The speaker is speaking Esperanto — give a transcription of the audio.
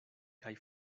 kaj